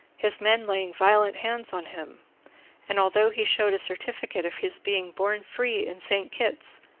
his men laying violent hands on him and although he shewed a certificate of his being born free in st. kitt's,